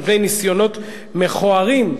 מפני ניסיונות מכוערים,